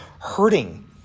hurting